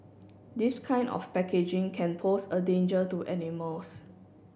this kind of packaging can pose a danger to animals